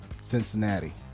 Cincinnati